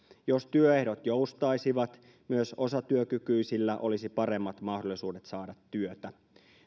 jos työehdot joustaisivat myös osatyökykyisillä olisi paremmat mahdollisuudet saada työtä